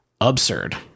absurd